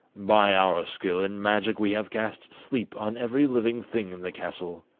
by our skill in magic we have cast sleep on every living thing castle,